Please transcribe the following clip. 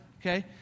okay